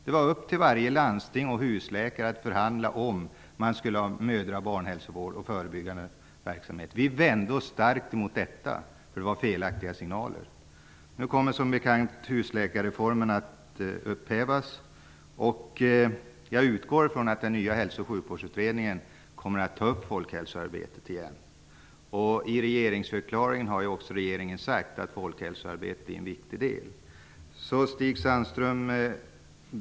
Det var upp till varje landsting och husläkare att förhandla om man skulle ha mödra och barnhälsovård och förebyggande verksamhet. Vi vände oss starkt emot detta, för det var felaktiga signaler. Nu kommer som bekant husläkarreformen att upphävas, och jag utgår från att den nya hälso och sjukvårdsutredningen kommer att ta upp folkhälsoarbetet igen. I regeringsförklaringen har också regeringen sagt att folkhälsoarbetet är en viktig del.